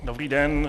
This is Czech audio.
Dobrý den.